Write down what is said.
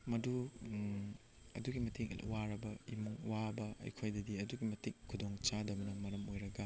ꯃꯗꯨ ꯑꯗꯨꯛꯀꯤ ꯃꯇꯤꯛ ꯋꯥꯔꯕ ꯏꯃꯨꯡ ꯑꯋꯥꯕ ꯑꯩꯈꯣꯏꯗꯗꯤ ꯑꯗꯨꯛꯀꯤ ꯃꯇꯤꯛ ꯈꯨꯗꯣꯡ ꯆꯥꯗꯕꯅ ꯃꯔꯝ ꯑꯣꯏꯔꯒ